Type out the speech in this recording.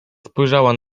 spojrzała